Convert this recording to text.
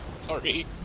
Sorry